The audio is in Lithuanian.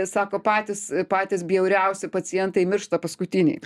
sako patys patys bjauriausi pacientai miršta paskutiniai